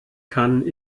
kann